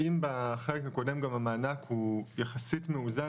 אם בחלק הקודם גם המענק הוא יחסית מאוזן